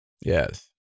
Yes